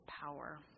power